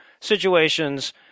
situations